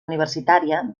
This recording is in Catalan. universitària